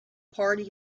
party